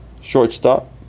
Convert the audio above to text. shortstop